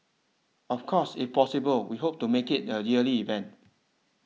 of course if possible we hope to make it a yearly event